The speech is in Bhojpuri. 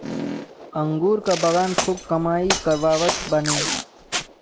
अंगूर के बगान खूब कमाई करावत बाने